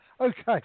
Okay